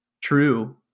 True